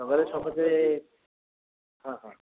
ସମସ୍ତେ ହଁ ହଁ